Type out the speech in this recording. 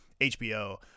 HBO